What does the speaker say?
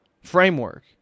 framework